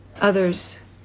others